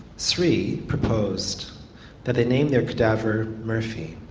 sri proposed that they named their cadaver murphy.